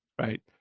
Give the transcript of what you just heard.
right